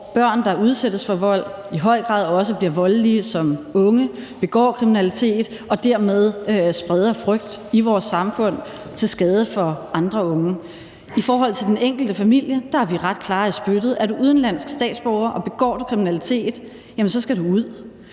børn, der udsættes for vold, i høj grad også bliver voldelige som unge, begår kriminalitet og dermed spreder frygt i vores samfund til skade for andre unge. I forhold til den enkelte familie er vi ret klare i spyttet: Er du udenlandsk statsborger og begår du kriminalitet, skal du ud.